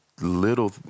little